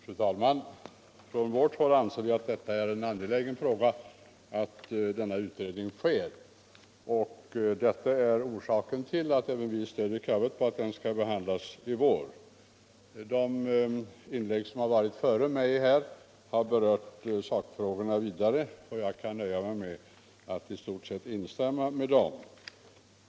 Fru talman! Från vårt håll anser vi att det är angeläget att denna utredning kommer till stånd. Detta är orsaken att även vi ställer kravet att detta ärende skall behandlas i vår. I de inlägg som hållits före mig har sakfrågan berörts, och jag kan nöja mig med att i stort sett instämma med de föregående talarna.